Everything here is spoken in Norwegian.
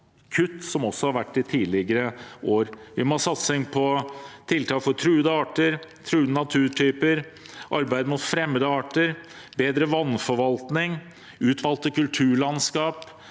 som har vært også i tidligere år. Vi må ha en satsing på tiltak for truede arter, truede naturtyper, arbeid med fremmede arter, bedre vannforvaltning, utvalgte kulturlandskap